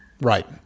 Right